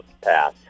Pass